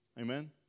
Amen